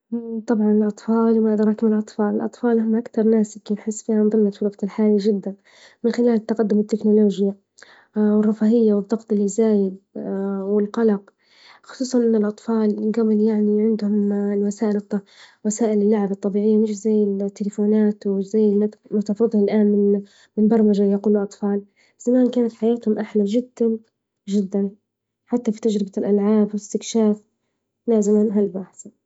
طبعا الأطفال وما أدراك ما الأطفال، الأطفال هم أكتر ناس هكي نحس فيهم في الوقت الحالي جدا من خلال تقدم التكنولوجيا والرفاهية ، والضغط الإنساني والقلق ، خصوصا الأطفال يعني عندهم الوسائل- وسائل اللعب الطبيعية مش زي التليفونات و ما تاخدها الإن من -من برمجة يقول أطفال كانت زمان حياة كانت أحلى جدا جدا حتى في تجربة الألعاب وإستكشاف لازم أنا هالبحث.